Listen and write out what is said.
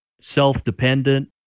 self-dependent